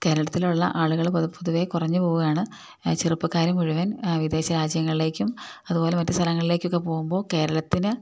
കേരളത്തിലുള്ള ആളുകള് പൊതുവെ കുറഞ്ഞുപോവുകയാണ് ചെറുപ്പക്കാര് മുഴുവൻ വിദേശ രാജ്യങ്ങളിലേക്കും അതുപോലെ മറ്റ് സ്ഥലങ്ങളിലേക്കൊക്കെ പോകുമ്പോള് കേരളത്തിന്